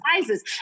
sizes